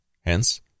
Hence